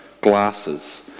glasses